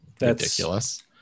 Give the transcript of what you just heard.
ridiculous